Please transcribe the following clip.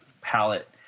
palette